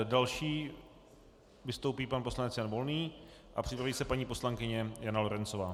Další vystoupí pan poslanec Jan Volný a připraví se paní poslankyně Jana Lorencová.